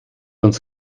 uns